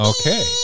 Okay